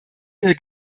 mir